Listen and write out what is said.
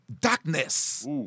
darkness